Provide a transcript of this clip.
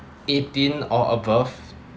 eighteen or above